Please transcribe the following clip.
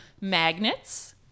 magnets